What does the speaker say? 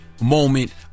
moment